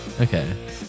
okay